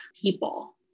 people